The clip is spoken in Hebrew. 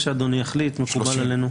מה שאדוני יחליט מקובל עלינו.